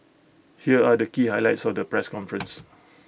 here are the key highlights of the press conference